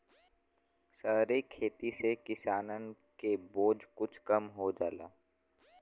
सहरी खेती से किसानन के बोझ कुछ कम हो जाला